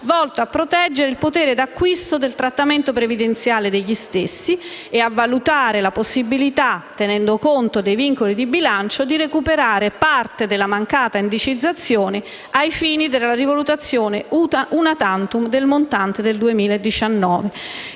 volto a proteggere il potere d'acquisto del trattamento previdenziale degli stessi e a valutare la possibilità, tenendo conto dei vincoli di bilancio, di recuperare parte della mancata indicizzazione ai fini della rivalutazione *una tantum* del montante nel 2019.